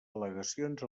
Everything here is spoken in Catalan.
al·legacions